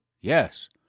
Yes